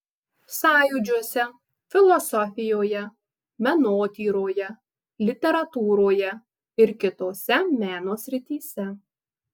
sąjūdžiuose filosofijoje menotyroje literatūroje ir kitose meno srityse